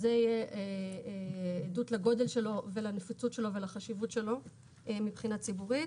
שזה עדות לגודל שלו ולנפיצות שלו ולחשיבות שלו מבחינה ציבורית.